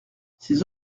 ces